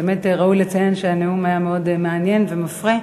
באמת ראוי לציין שהנאום היה מאוד מעניין ומפרה.